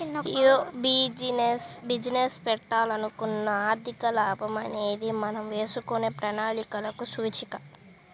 యే బిజినెస్ పెట్టాలనుకున్నా ఆర్థిక లాభం అనేది మనం వేసుకునే ప్రణాళికలకు సూచిక